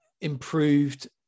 improved